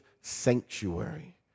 sanctuary